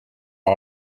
der